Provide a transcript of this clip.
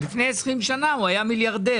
לפני 20 שנה הוא היה מיליארדר.